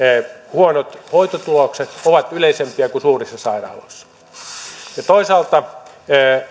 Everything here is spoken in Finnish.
huonot hoitotulokset ovat yleisempiä kuin suurissa sairaaloissa toisaalta